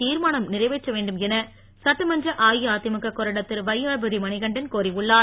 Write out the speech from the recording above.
திர்மானம் நிறைவேற்ற வேண்டும் என சட்டமன்ற அஇஅதிமுக கொறடா திருவையாபுரி மணிகண்டன் கோரியுள்ளார்